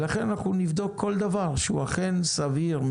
לכן אנחנו נבדוק כל דבר שהוא אכן סביר,